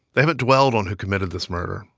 they haven't dwelled on who committed this murder,